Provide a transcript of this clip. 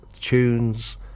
tunes